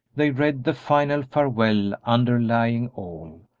they read the final farewell underlying all,